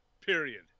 period